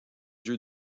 yeux